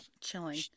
Chilling